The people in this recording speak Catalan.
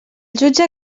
jutge